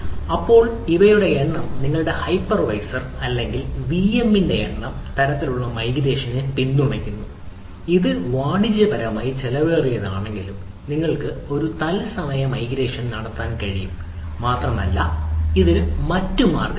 ഇപ്പോൾ ഇവയുടെ എണ്ണം നിങ്ങളുടെ ഹൈപ്പർവൈസർ അല്ലെങ്കിൽ വിഎംഎമ്മിന്റെ എണ്ണം ഇത്തരത്തിലുള്ള തത്സമയ മൈഗ്രേഷനെ പിന്തുണയ്ക്കുന്നു ഇത് വാണിജ്യപരമായി ചെലവേറിയതാണെങ്കിലും നിങ്ങൾക്ക് ഒരു തത്സമയ മൈഗ്രേഷൻ നടത്താൻ കഴിയും മാത്രമല്ല ഇതിന് മറ്റ് മാർഗ്ഗങ്ങളും ഉണ്ട്